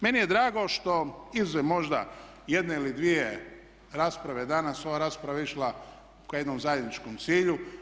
Meni je drago što izuzev možda jedne ili dvije rasprave danas ova rasprava je išla ka jednom zajedničkom cilju.